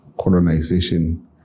colonization